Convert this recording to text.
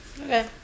Okay